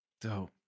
Dope